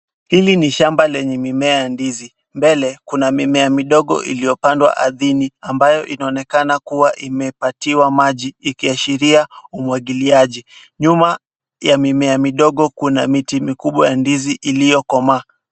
Hili ni shamba lenye mimea ya ndizi, mbele kuna mimea midogo iliyopandwa ardhini ambayo inaonekana kuwa imepatiwa maji ikiashiria umwagiliaji, nyuma ya mimea midogo kuna miti mikubwa ya ndizi iliyokomaa.